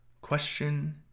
question